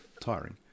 tiring